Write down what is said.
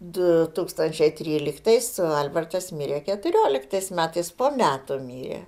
du tūkstančiai tryliktais albertas mirė keturioliktais metais po metų mirė